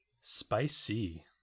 spicy